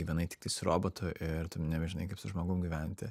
gyvenai tiktai su robotu ir tu nebežinai kaip su žmogum gyventi